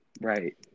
Right